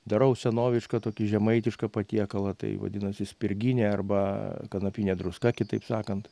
darau senovišką tokį žemaitišką patiekalą tai vadinasi spirginė arba kanapinė druska kitaip sakant